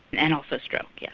and also stroke, yes.